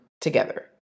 together